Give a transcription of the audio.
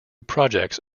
projects